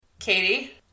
Katie